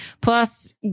plus